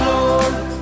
Lord